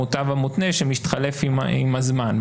המוטב המותנה שמתחלף עם הזמן,